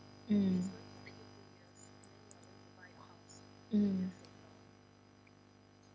mm mm